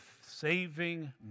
saving